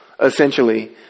essentially